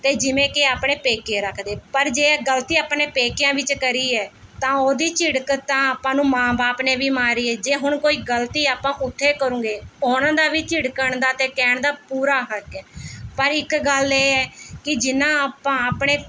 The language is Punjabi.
ਅਤੇ ਜਿਵੇਂ ਕਿ ਆਪਣੇ ਪੇਕੇ ਰੱਖਦੇ ਪਰ ਜੇ ਗ਼ਲਤੀ ਆਪਣੇ ਪੇਕਿਆਂ ਵਿੱਚ ਕਰੀ ਹੈ ਤਾਂ ਉਹਦੀ ਝਿੜਕ ਤਾਂ ਆਪਾਂ ਨੂੰ ਮਾਂ ਬਾਪ ਨੇ ਵੀ ਮਾਰੀ ਹੈ ਜੇ ਹੁਣ ਕੋਈ ਗ਼ਲਤੀ ਆਪਾਂ ਉੱਥੇ ਕਰੂੰਗੇ ਉਨ੍ਹਾਂ ਦਾ ਵੀ ਝਿੜਕਣ ਦਾ ਅਤੇ ਕਹਿਣ ਦਾ ਪੂਰਾ ਹੱਕ ਹੈ ਪਰ ਇੱਕ ਗੱਲ ਇਹ ਹੈ ਕਿ ਜਿੰਨਾਂ ਆਪਾਂ ਆਪਣੇ